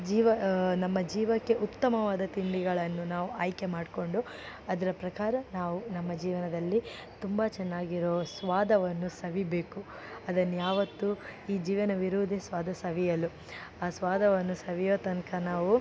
ಜೀವ ನಮ್ಮ ಜೀವಕ್ಕೆ ಉತ್ತಮವಾದ ತಿಂಡಿಗಳನ್ನು ನಾವು ಆಯ್ಕೆ ಮಾಡಿಕೊಂಡು ಅದರ ಪ್ರಕಾರ ನಾವು ನಮ್ಮ ಜೀವನದಲ್ಲಿ ತುಂಬ ಚೆನ್ನಾಗಿರೊ ಸ್ವಾದವನ್ನು ಸವಿಯಬೇಕು ಅದನ್ನು ಯಾವತ್ತೂ ಈ ಜೀವನವಿರುವುದೇ ಸ್ವಾದ ಸವಿಯಲು ಆ ಸ್ವಾದವನ್ನು ಸವಿಯೋ ತನಕ ನಾವು